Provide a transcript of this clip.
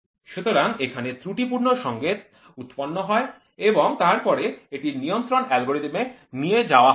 সুতরাং এখানে ত্রুটি পূর্ণ সংকেত উৎপন্ন হয় এবং তারপরে এটি নিয়ন্ত্রণ অ্যালগরিদম এ নিয়ে যাওয়া হয়